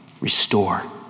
restore